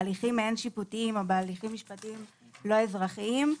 בהליכים מעין שיפוטיים או בהליכים משפטיים לא אזרחיים,